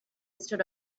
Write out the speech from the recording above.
stood